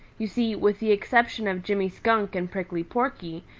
you see, with the exception of jimmy skunk and prickly porky,